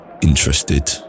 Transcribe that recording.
interested